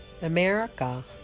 America